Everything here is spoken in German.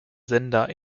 sender